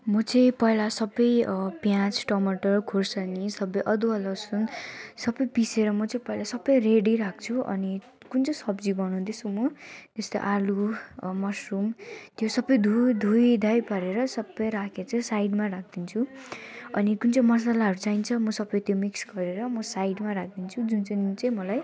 म चाहिँ पहिला सबै प्याज टमाटर खुर्सानी सबै अदुवा लसुन सबै पिसेर म चाहिँ पहिला सबै रेडी राख्छु अनि कुन चाहिँ सब्जी बनाउँदैछु म त्यस्तै आलु मस्रुम त्यो सबै धु धोइ धाइ पारेर सबै राखे चाहिँ साइडमा राखिदिन्छु अनि कुन चाहिँ मसलाहरू चाहिन्छ म सबै त्यो मिक्स गरेर म साइडमा राखिदिन्छु जुन चाहिँ जुन चाहिँ मलाई